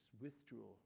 withdraw